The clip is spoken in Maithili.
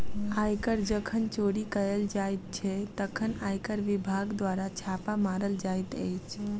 आयकर जखन चोरी कयल जाइत छै, तखन आयकर विभाग द्वारा छापा मारल जाइत अछि